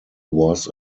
was